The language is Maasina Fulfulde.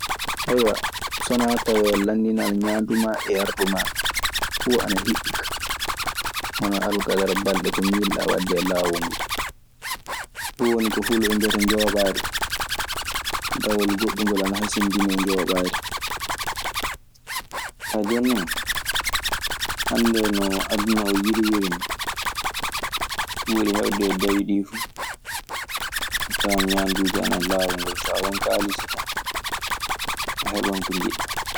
So wanaa tawee lannɗinal ñaandu maa e yardu maa fuu ana hiɓɓi kaa hono alkadara balɗe ko miiliiɗaa waɗde e laawol ngol. Ɗun woni ko fulɓe mbiyata njooɓaari. Dawol goɗɗungol ana hasindinii e njooɓaari. Kaa jooni non, hannde no aduna oo yirwiri nii, ko ɓuri heewde e dawi ɗii fu a tawan ñaanduuji ana e laawol ngol. Saa won kaalisi tanb a heɓan ko njiɗɗaa.